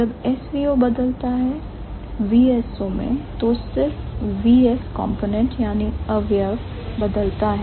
जवाब SVO बदलता है VSO में तो सिर्फ VS कॉम्पोनेंट बदलता है